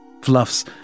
Fluffs